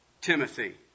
Timothy